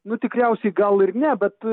nu tikriausiai gal ir ne bet